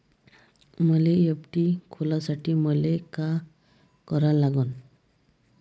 मले एफ.डी खोलासाठी मले का करा लागन?